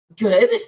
good